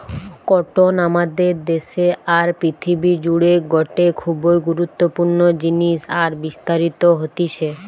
cotton আমাদের দেশে আর পৃথিবী জুড়ে গটে খুবই গুরুত্বপূর্ণ জিনিস আর বিস্তারিত হতিছে